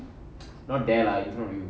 not there lah in front of you